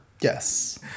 yes